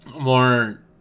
more